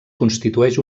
constitueix